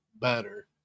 better